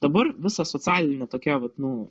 dabar visa socialinė tokia vat nu